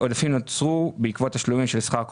שנוצרו בגין תשלומי סוף שנה עבור שירות אזרחי.